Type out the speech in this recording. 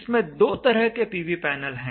इसमें दो तरह के पीवी पैनल हैं